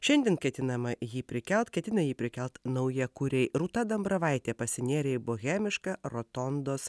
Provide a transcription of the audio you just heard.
šiandien ketinama jį prikelt ketina jį prikelti naujakuriai rūta dambravaitė pasinėrė į bohemišką rotondos